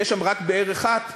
יש שם רק באר אחת,